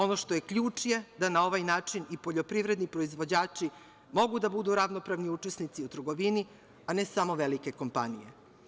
Ono što je ključ je da na ovaj način i poljoprivredni proizvođači mogu da budu ravnopravni učesnici u trgovini, a ne samo velike kompanije.